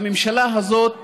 הממשלה הזאת